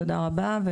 תודה רבה לך,